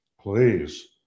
please